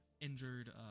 injured